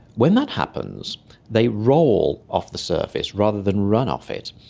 when that happens they roll off the surface rather than run off it.